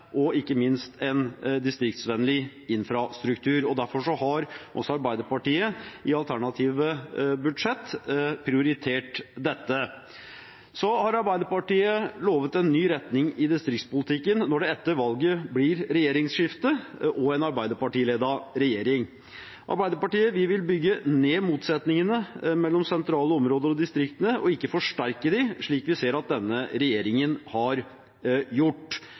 og ikke minst en distriktsvennlig infrastruktur. Derfor har Arbeiderpartiet i sine alternative budsjetter prioritert dette. Arbeiderpartiet har lovd en ny retning i distriktspolitikken når det etter valget blir regjeringsskifte og en Arbeiderparti-ledet regjering. Vi vil bygge ned motsetningene mellom sentrale områder og distriktene, ikke forsterke dem, slik vi ser at denne regjeringen har gjort.